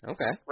Okay